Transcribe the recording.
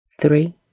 three